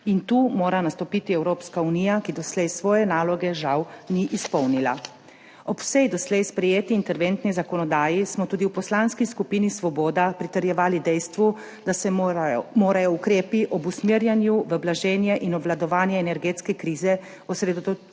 In tu mora nastopiti Evropska unija, ki doslej svoje naloge žal ni izpolnila. Ob vsej doslej sprejeti interventni zakonodaji smo tudi v Poslanski skupini Svoboda pritrjevali dejstvu, da se morajo ukrepi ob usmerjanju v blaženje in obvladovanje energetske krize osredotočati